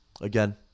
Again